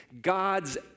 God's